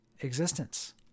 existence